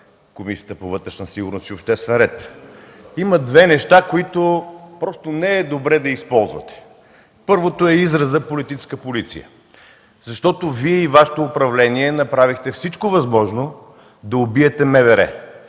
Комисията по вътрешна сигурност и обществен ред. Има две неща, които не е добре да използвате. Първото е изразът „политическа полиция”, защото Вие и Вашето управление направихте всичко възможно да убиете